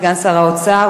סגן שר האוצר,